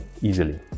easily